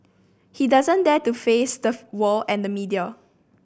he doesn't dare to face the world and the media